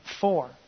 four